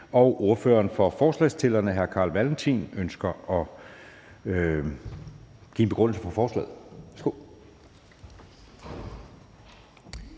Ordføreren for forslagsstillerne, hr. Carl Valentin, ønsker at give en begrundelse for forslaget.